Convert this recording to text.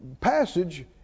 passage